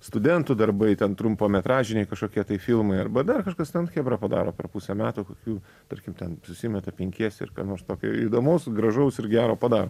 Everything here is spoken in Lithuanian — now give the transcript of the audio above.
studentų darbai ten trumpametražiniai kažkokie tai filmai arba dar kažkas ten chebra padaro per pusę metų kokių tarkim ten susimeta penkiese ir ką nors tokio įdomaus gražaus ir gero padaro